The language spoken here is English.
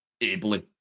ably